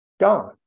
Gone